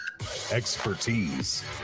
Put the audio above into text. Expertise